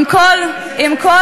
עם כל הרומנטיקה,